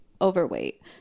overweight